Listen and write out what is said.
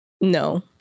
no